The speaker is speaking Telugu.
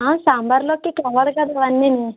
సాంబార్లోకి కావాలి కదా అవన్నీను